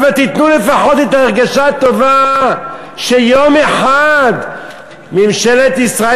אבל תיתנו לפחות את ההרגשה הטובה שיום אחד ממשלת ישראל,